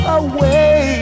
away